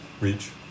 Reach